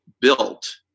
built –